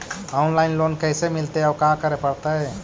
Online loan कैसे मिलतै औ का करे पड़तै?